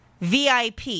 VIP